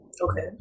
Okay